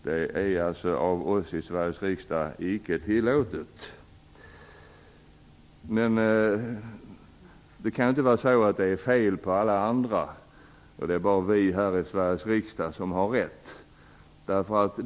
Det kan ju inte vara fel på alla andra; det kan inte vara så att bara vi här i Sveriges riksdag har rätt.